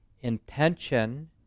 intention